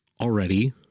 already